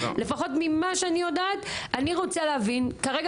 לפחות ממה שאני יודעת אני רוצה להבין כרגע